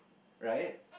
right